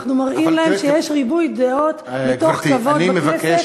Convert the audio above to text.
ואנחנו מראים להם שיש ריבוי דעות מתוך כיבוד בכנסת,